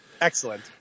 Excellent